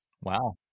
Wow